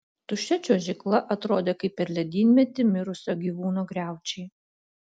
tuščia čiuožykla atrodė kaip per ledynmetį mirusio gyvūno griaučiai